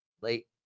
Late